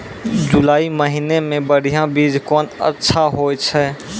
जुलाई महीने मे बढ़िया बीज कौन अच्छा होय छै?